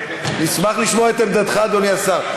נשמח לשמוע את עמדתך, אדוני השר.